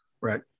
right